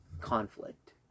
conflict